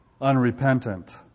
Unrepentant